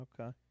Okay